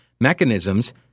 mechanisms